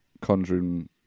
Conjuring